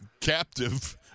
captive